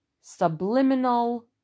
Subliminal